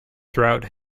throughout